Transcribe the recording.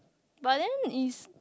but then is